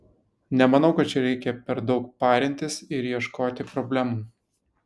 nemanau kad čia reikia per daug parintis ir ieškoti problemų